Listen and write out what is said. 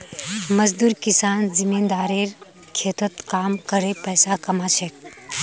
मजदूर किसान जमींदारेर खेतत काम करे पैसा कमा छेक